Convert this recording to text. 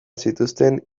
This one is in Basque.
zituzten